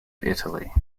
italy